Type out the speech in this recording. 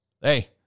hey